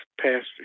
passed